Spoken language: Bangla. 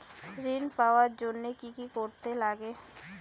ঋণ পাওয়ার জন্য কি কি করতে লাগে?